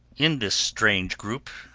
in this strange group,